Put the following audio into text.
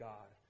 God